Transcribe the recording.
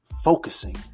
focusing